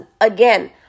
again